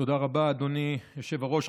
תודה רבה, אדוני היושב-ראש.